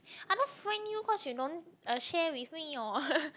I don't friend you cause you don't uh share with me your